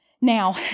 Now